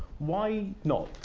why not?